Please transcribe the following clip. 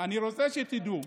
אני רוצה שתדעו: